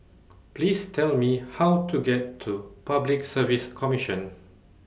Please Tell Me How to get to Public Service Commission